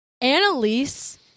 Annalise